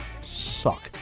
suck